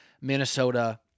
Minnesota